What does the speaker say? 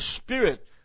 Spirit